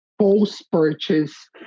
post-purchase